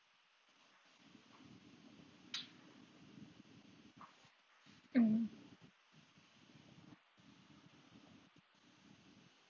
mm